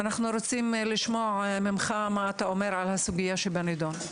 מה אתה אומר בסוגיה שעל הפרק?